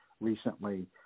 recently